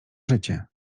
życie